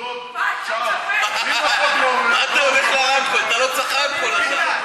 הם נתנו תודות שעה.